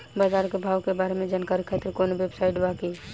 बाजार के भाव के बारे में जानकारी खातिर कवनो वेबसाइट बा की?